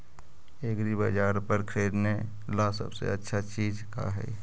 एग्रीबाजार पर खरीदने ला सबसे अच्छा चीज का हई?